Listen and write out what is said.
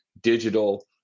digital